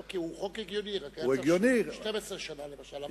לא, כי הוא חוק הגיוני, רק היה צריך 12 שנה למשל.